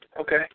okay